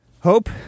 Hope